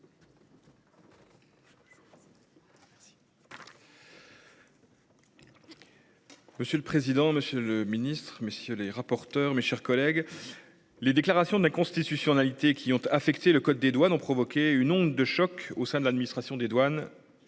Monsieur le président, Monsieur le Ministre, messieurs les rapporteurs, mes chers collègues. Les déclarations d'inconstitutionnalité qui ont affecté le code des douanes ont provoqué une onde de choc au sein de l'administration des douanes.